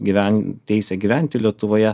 gyven teisę gyventi lietuvoje